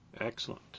Excellent